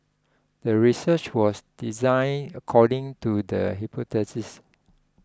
the research was designed according to the hypothesis